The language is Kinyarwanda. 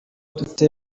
dute